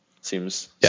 Seems